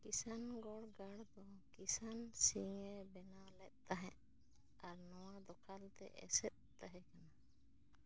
ᱠᱤᱥᱟᱱᱜᱚᱲ ᱜᱟᱲ ᱫᱚ ᱠᱤᱥᱟᱱ ᱥᱤᱝ ᱮ ᱵᱮᱱᱟᱣ ᱞᱮᱫ ᱛᱟᱦᱮᱸᱫ ᱟᱨ ᱱᱚᱣᱟ ᱫᱚ ᱠᱷᱟᱞ ᱛᱮ ᱮᱥᱮᱫ ᱛᱟᱦᱮᱸ ᱠᱟᱱᱟ